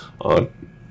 on